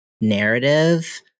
narrative